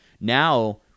Now